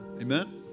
Amen